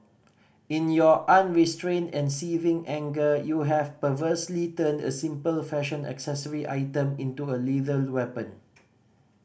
in your unrestrained and saving anger you have perversely turned a simple fashion accessory item into a to weapon